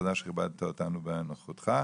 תודה שכיבדת אותנו בנוכחותך.